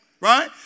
right